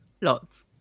Lots